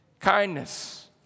kindness